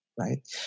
Right